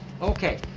okay